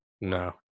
no